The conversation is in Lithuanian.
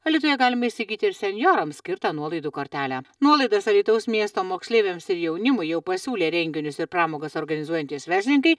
alytuje galima įsigyti ir senjorams skirtą nuolaidų kortelę nuolaidas alytaus miesto moksleiviams ir jaunimui jau pasiūlė renginius ir pramogas organizuojantys verslininkai